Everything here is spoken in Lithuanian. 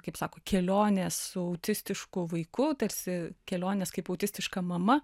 kaip sako kelionės su autistišku vaiku tarsi kelionės kaip autistiška mama